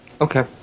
Okay